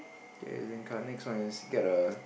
get a E_Z-Link card next one is get a